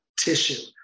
tissue